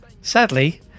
Sadly